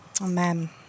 Amen